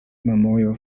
memorial